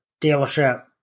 dealership